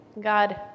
God